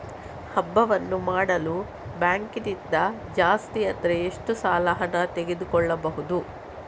ಹಬ್ಬವನ್ನು ಮಾಡಲು ಬ್ಯಾಂಕ್ ನಿಂದ ಜಾಸ್ತಿ ಅಂದ್ರೆ ಎಷ್ಟು ಸಾಲ ಹಣ ತೆಗೆದುಕೊಳ್ಳಬಹುದು?